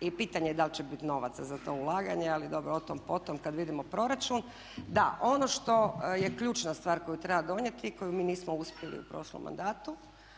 i pitanje je da li će biti novaca za to ulaganje. Ali dobro, o tom potom kad vidimo proračun. Da, ono što je ključna stvar koju treba donijeti i koju mi nismo uspjeli u prošlom mandatu